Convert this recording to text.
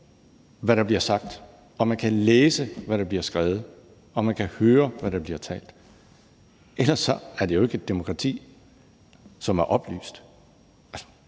hvad der bliver sagt, at man kan læse, hvad der bliver skrevet, og at man kan høre, hvad der bliver sagt. Ellers er det jo ikke et demokrati, som er oplyst.